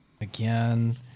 again